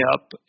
up